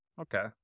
Okay